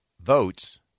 votes